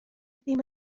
ddim